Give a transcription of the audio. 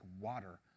water